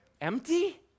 empty